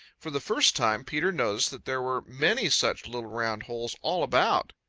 for the first time peter noticed that there were many such little round holes all about.